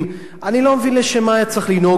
אני לא מבין לשם מה היה צריך לנהוג כך.